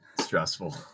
stressful